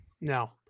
No